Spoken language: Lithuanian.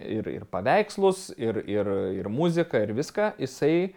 ir ir paveikslus ir ir ir muziką ir viską jisai